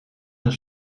een